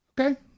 okay